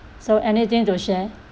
so anything to share